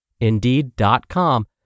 Indeed.com